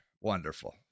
Wonderful